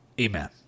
Amen